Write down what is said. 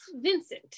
Vincent